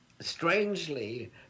strangely